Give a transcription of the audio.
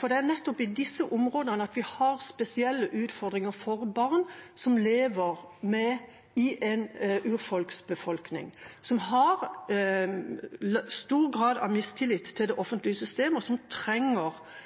for det er nettopp i disse områdene vi har spesielle utfordringer for barn blant urbefolkningen. Der er det stor grad av mistillit til det offentlige systemet, og det trengs at kommunene virkelig kan sette i gang tiltak som